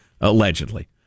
allegedly